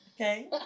Okay